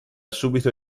subito